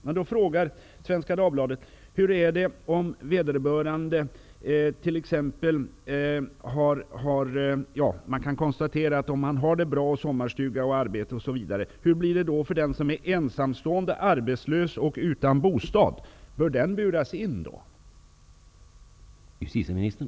verkligen att den som är gift, har barn, arbete, villa och sommarstuga bör undgå fängelse, medan den som är ensamstående, arbetslös och utan bostad bör buras in?''